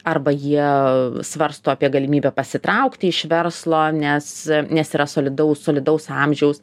arba jie svarsto apie galimybę pasitraukti iš verslo nes nes yra solidaus solidaus amžiaus